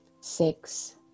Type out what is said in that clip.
Six